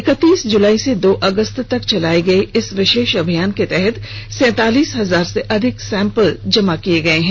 इकतीस जुलाई से दो अगस्त तक चलाए गए इस विशेष अभियान के तहत सैंतालीस हजार से अधिक सैम्पल जमा किए गए हैं